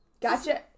gotcha